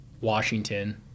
Washington